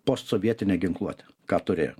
postsovietinę ginkluotę ką turėjo